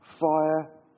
fire